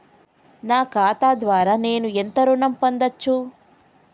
నా ఖాతా ద్వారా నేను ఎంత ఋణం పొందచ్చు?